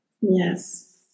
Yes